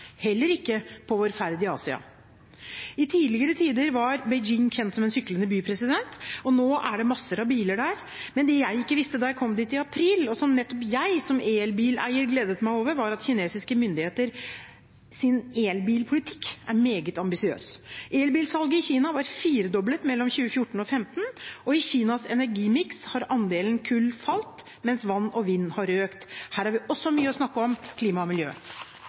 heller ikke på vår ferd i Asia. I tidligere tider var Beijing kjent som en syklende by. Nå er det masser av biler der, men det jeg ikke visste da jeg kom dit i april, og som nettopp jeg som elbileier gledet meg over, var at kinesiske myndigheters elbilpolitikk er meget ambisiøs. Elbilsalget i Kina ble firedoblet fra 2014 til 2015. I Kinas energimiks har andelen kull falt, mens vann og vind har økt. Her har vi også mye å snakke om – klima og miljø.